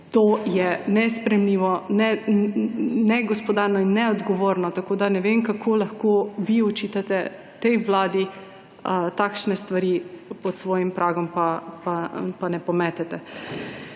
to je nesprejemljivo, negospodarno in neodgovorno. Tako da ne vem, kako lahko vi očitate tej vladi takšne stvari, pod svojim pragom pa ne pometete.